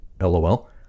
LOL